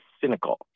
cynical